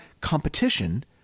competition